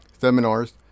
seminars